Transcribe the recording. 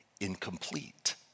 incomplete